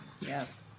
Yes